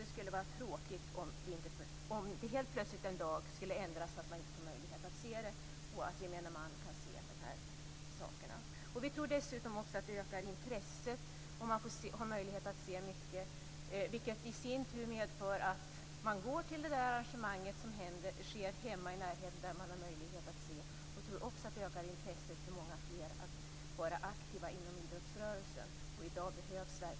Det skulle vara tråkigt om gemene man helt plötsligt en dag inte längre skulle ha möjlighet att se dessa saker. Vi tror dessutom att intresset ökar om människor har möjlighet att se mycket idrott, vilket i sin tur medför att de går till de arrangemang som äger rum i närheten av hemmet. Jag tror också att det ökar mångas intresse för att vara aktiva inom idrottsrörelsen.